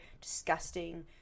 disgusting